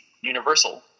Universal